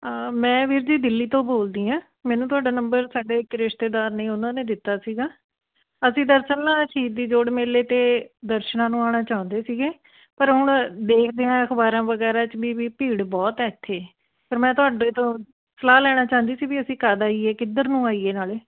ਮੈਂ ਵੀਰ ਜੀ ਦਿੱਲੀ ਤੋਂ ਬੋਲਦੀ ਹਾਂ ਮੈਨੂੰ ਤੁਹਾਡਾ ਨੰਬਰ ਸਾਡੇ ਇੱਕ ਰਿਸ਼ਤੇਦਾਰ ਨੇ ਉਹਨਾਂ ਨੇ ਦਿੱਤਾ ਸੀਗਾ ਅਸੀਂ ਦਰਅਸਲ ਨਾ ਸ਼ਹੀਦੀ ਜੋੜ ਮੇਲੇ 'ਤੇ ਦਰਸ਼ਨਾਂ ਨੂੰ ਆਉਣਾ ਚਾਹੁੰਦੇ ਸੀਗੇ ਪਰ ਹੁਣ ਦੇਖਦੇ ਹਾਂ ਅਖ਼ਬਾਰਾਂ ਵਗੈਰਾ 'ਚ ਵੀ ਵੀ ਭੀੜ ਬਹੁਤ ਆ ਇੱਥੇ ਪਰ ਮੈਂ ਤੁਹਾਡੇ ਤੋਂ ਸਲਾਹ ਲੈਣਾ ਚਾਹੁੰਦੀ ਸੀ ਵੀ ਅਸੀਂ ਕਦੋਂ ਆਈਏ ਕਿੱਧਰ ਨੂੰ ਆਈਏ ਨਾਲ਼ੇ